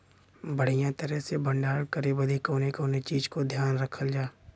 बढ़ियां तरह से भण्डारण करे बदे कवने कवने चीज़ को ध्यान रखल जा?